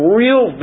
real